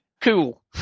Cool